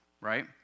right